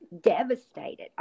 devastated